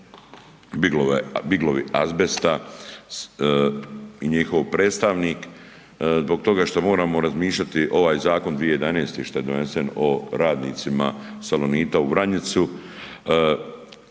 Biglovi azbesta i njihov predstavnik zbog toga što moramo razmišljati, ovaj zakon 2011. što je donesen o radnicima Salonita u Vranjicu